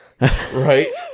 right